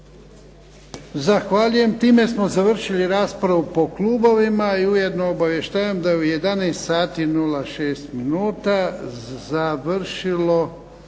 Zahvaljujem. Time smo završili raspravu po klubovima i ujedno obavještavam da je u 11,06 završila